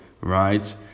right